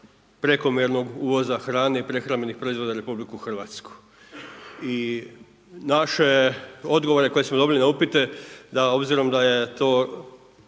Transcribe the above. prekovremenog uvoza hrani i prehrambenih proizvoda u RH. I naše odgovore koje smo dobili na upite, da obzirom da je to